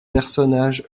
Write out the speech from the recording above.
personnages